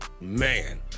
man